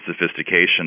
sophistication